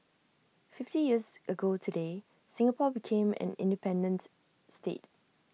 fifty years ago today Singapore became an independents state